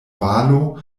valo